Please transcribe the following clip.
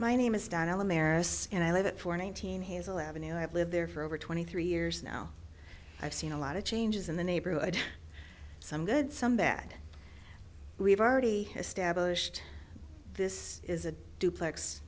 the merits and i live it for nineteen hazel avenue i've lived there for over twenty three years now i've seen a lot of changes in the neighborhood some good some bad we've already established this is a duplex